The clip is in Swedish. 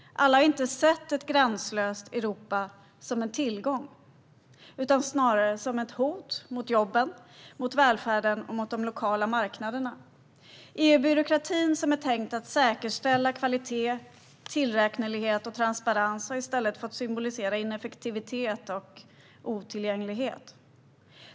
Alla har inte sett ett gränslöst Europa som en tillgång. De har snarare sett det som ett hot mot jobben, mot välfärden och mot de lokala marknaderna. EU-byråkratin som är tänkt att säkerställa kvalitet, tillräknelighet och transparens har i stället fått symbolisera ineffektivitet och otillgänglighet.